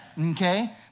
Okay